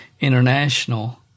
International